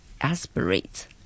aspirate